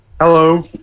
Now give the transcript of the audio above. hello